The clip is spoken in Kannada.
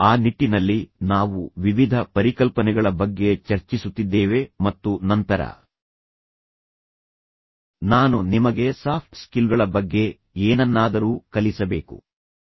ಆ ನಿಟ್ಟಿನಲ್ಲಿ ನಾವು ವಿವಿಧ ಪರಿಕಲ್ಪನೆಗಳ ಬಗ್ಗೆ ಚರ್ಚಿಸುತ್ತಿದ್ದೇವೆ ಮತ್ತು ನಂತರ ನಾನು ನಿಮಗೆ ಸಾಫ್ಟ್ ಸ್ಕಿಲ್ಗಳ ಬಗ್ಗೆ ಏನನ್ನಾದರೂ ಕಲಿಸಬೇಕು ಎಂದು ನಾನು ಯೋಚಿಸುತ್ತಿದ್ದೇನೆ